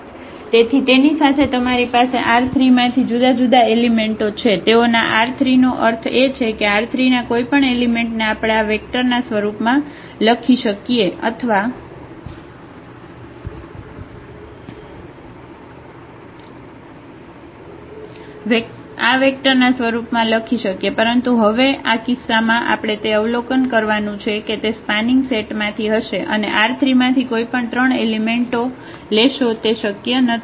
તેથી તેની સાથે તમારી પાસે R3 માંથી ત્રણ જુદા જુદા એલિમેન્ટો છે તેઓના R3 નો અર્થ એ છે કે R3 ના કોઈપણ એલિમેન્ટ ને આપણે આ વેક્ટર ના સ્વરૂપમાં લખી શકીએ અથવા આ વેક્ટર ના સ્વરૂપ માં લખી શકીએ પરંતુ હવે હવે આ કિસ્સામાં આપણે તે અવલોકન કરવાનું છે કે તે સ્પાનિંગ સેટ માંથી હશે અને R3 માંથી કોઈપણ ત્રણ એલિમેન્ટો લેશો તે શક્ય નથી